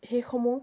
সেইসমূহ